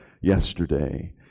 yesterday